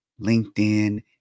LinkedIn